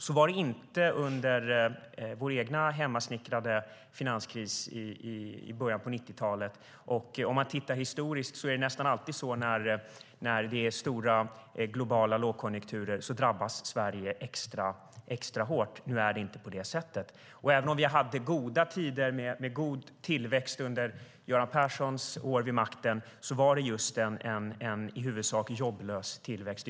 Så var det inte under vår egen hemsnickrade finanskris i början av 90-talet. Om man tittar historiskt är det nästan alltid så när det är stora, globala lågkonjunkturer att Sverige drabbas extra hårt. Nu är det inte på det sättet. Även om vi hade goda tider med god tillväxt under Göran Perssons år vid makten var det just en i huvudsak jobblös tillväxt.